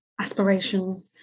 aspiration